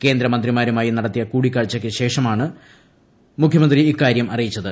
കേന്ദ്രമന്ത്രിയുമായി നടത്തിയ കൂടിക്കാഴ്ചയ്ക്ക് ശേഷമാണ് മുഖ്യമന്ത്രി ഇക്കാര്യം അറിയിച്ചത്